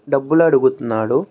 డబ్బులు అడుగుతున్నాడు